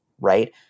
right